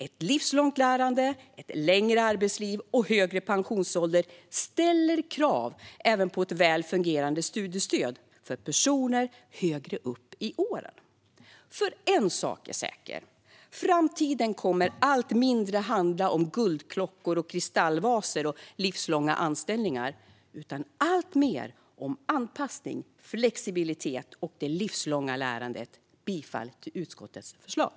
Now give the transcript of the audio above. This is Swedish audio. Ett livslångt lärande, ett längre arbetsliv och en högre pensionsålder ställer krav även på ett väl fungerande studiestöd för personer högre upp i åren. En sak är säker: Framtiden kommer allt mindre att handla om guldklockor, kristallvaser och livslånga anställningar. Den kommer i stället alltmer att handla om anpassning, flexibilitet och det livslånga lärandet. Jag yrkar bifall till utskottets förslag.